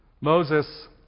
Moses